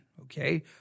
okay